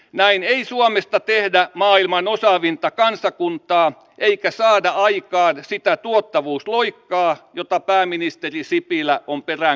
näin ei suomesta tehdä maailman osaavinta kansakuntaa eikä saada aikaan sitä tuottavuusloikkaa jota pääministeri sipilä on peräänkuuluttanut